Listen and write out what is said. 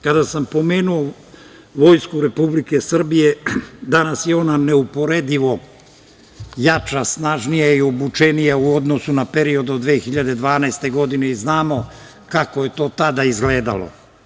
Kada sam pomenuo vojsku Republike Srbije, danas je ona neuporedivo jača, snažnija i obučenija u odnosu na period 2012. godine, i znamo kako je to tada izgledalo.